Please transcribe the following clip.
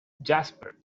jasper